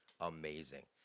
amazing